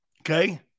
Okay